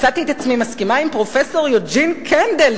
מצאתי את עצמי מסכימה עם פרופסור יוג'ין קנדל,